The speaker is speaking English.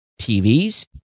TVs